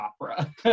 opera